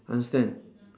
understand